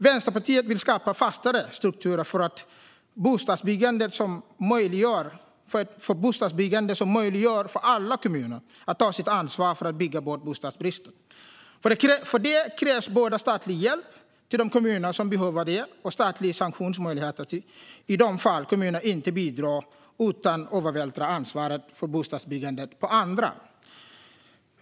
Vänsterpartiet vill skapa fastare strukturer för bostadsbyggande som möjliggör för alla kommuner att ta sitt ansvar för att bygga bort bostadsbristen. För detta krävs både statlig hjälp till de kommuner som behöver det och statliga sanktionsmöjligheter i de fall kommuner inte bidrar utan övervältrar ansvaret för bostadsbyggandet på andra.